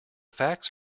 facts